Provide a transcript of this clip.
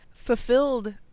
fulfilled